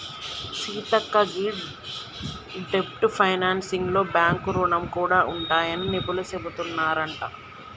సీతక్క గీ డెబ్ట్ ఫైనాన్సింగ్ లో బాంక్ రుణాలు గూడా ఉంటాయని నిపుణులు సెబుతున్నారంట